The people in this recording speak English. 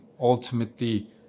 ultimately